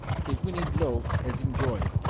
they whinnied low as in joy,